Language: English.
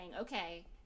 okay